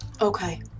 okay